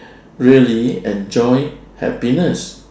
really enjoy happiness